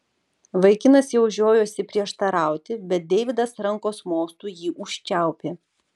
vaikinas jau žiojosi prieštarauti bet deividas rankos mostu jį užčiaupė